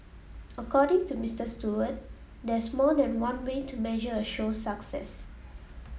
according to Mister Stewart there's more than one way to measure a show's success